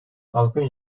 halkın